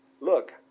Look